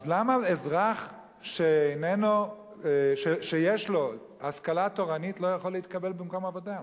אז למה אזרח שיש לו השכלה תורנית לא יכול להתקבל במקום עבודה?